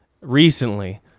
recently